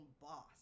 boss